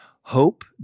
hope